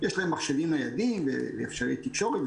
יש להם מחשבים ניידים ואמצעי תקשורת,